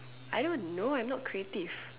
I don't know I'm not creative